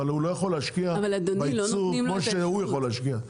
אבל הוא לא יכול להשקיע בייצור כמו שהוא יכול להשקיע.